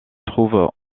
trouvent